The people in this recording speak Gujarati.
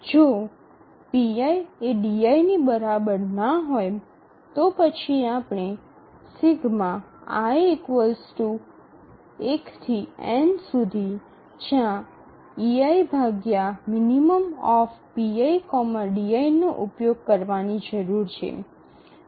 જો pi ≠ di તો પછી આપણે નો ઉપયોગ કરવાની જરૂર છે